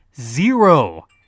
Zero